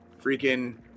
freaking